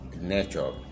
nature